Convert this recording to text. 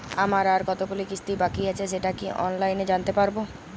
আমার আর কতগুলি কিস্তি বাকী আছে সেটা কি অনলাইনে জানতে পারব?